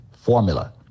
formula